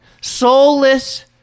soulless